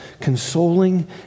consoling